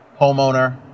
homeowner